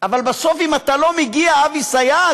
אבל בסוף, אם אתה לא מגיע, אבי סייג,